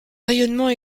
rayonnement